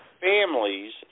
families